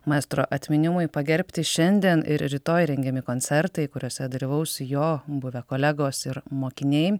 maestro atminimui pagerbti šiandien ir rytoj rengiami koncertai kuriuose dalyvaus jo buvę kolegos ir mokiniai